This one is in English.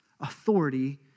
authority